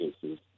cases